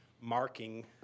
marking